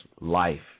life